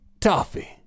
toffee